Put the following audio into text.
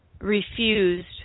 refused